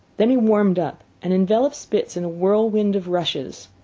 then he warmed up and enveloped spitz in a whirlwind of rushes.